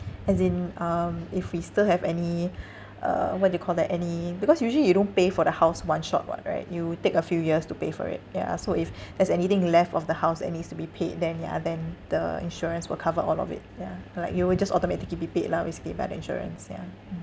as in um if we still have any uh what do you call that any because usually you don't pay for the house one shot [what] right you take a few years to pay for it ya so if there's anything left of the house and needs to be paid then ya then the insurance will cover all of it ya like it will just automatically be paid lah basically by the insurance yeah mm